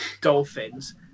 Dolphins